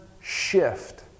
shift